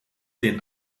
den